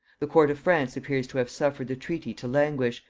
the court of france appears to have suffered the treaty to languish,